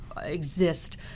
exist